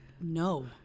No